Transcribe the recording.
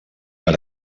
per